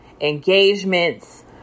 engagements